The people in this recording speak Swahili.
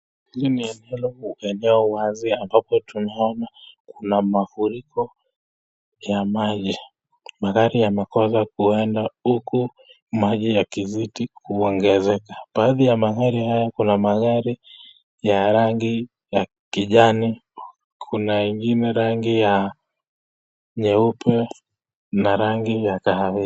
Hili ni eneo wazi ambapo tunaona kuna mafuriko ya maji. Magari yamekosa kuenda huku maji yakizidi kuongezeka. Baadhi ya magari haya, kuna magari ya rangi ya kijani, kuna ingine rangi ya nyeupe na rangi ya kahawia.